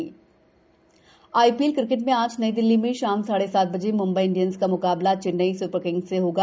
आई ीएल IPL cricket में आज नयी दिल्ली में शाम सापे सात बजे मंबई इंडियंस का म्काबला चेन्नई स् र किंग्स से होगा